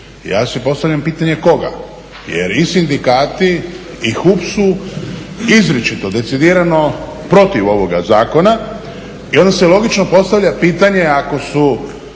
Ja si postavljam pitanje koga? Jer i sindikati i HUP su izričito, decidirano protiv ovoga zakona. I onda se logično postavlja pitanje ako su